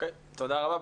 תודה רבה.